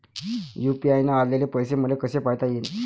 UPI न आलेले पैसे मले कसे पायता येईन?